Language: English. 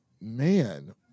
man